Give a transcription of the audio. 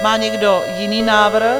Má někdo jiný návrh?